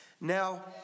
Now